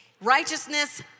Righteousness